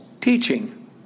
teaching